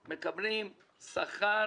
שהיום מקבלים שכר